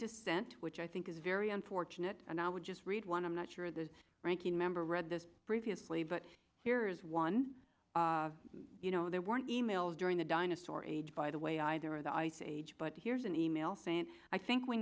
dissent which i think is very unfortunate and i would just read one i'm not sure the ranking member read this previously but here's one you know there weren't e mails during the dinosaur age by the way either the ice age but here's an email saying i think we